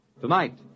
Tonight